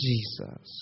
Jesus